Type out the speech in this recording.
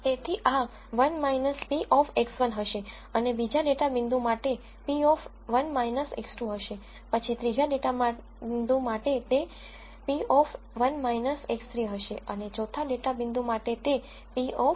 તેથી આ 1 p of x1 હશે અને બીજા ડેટા બિંદુ માટે p of 1 - x2 હશે પછી ત્રીજા ડેટા બિંદુ માટે તે p of 1 - x૩ હશે અને ચોથા ડેટા બિંદુ માટે તે p of 1 - x4 હશે